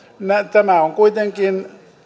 tämä on kuitenkin